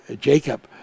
Jacob